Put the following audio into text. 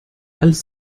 alles